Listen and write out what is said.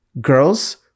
Girls